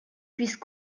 puisse